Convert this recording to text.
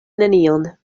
nenion